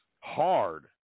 hard